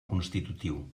constitutiu